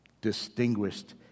distinguished